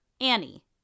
Annie